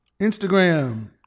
Instagram